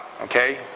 Okay